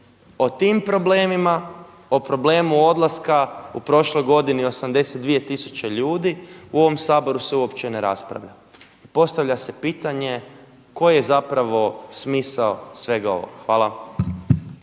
O tim problemima, o problemu odlaska u prošloj godini 82000 ljudi u ovom Saboru se uopće ne raspravlja. I postavlja se pitanje koji je zapravo smisao svega ovog. Hvala.